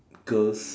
girls